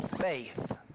Faith